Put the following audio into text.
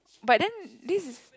but then this is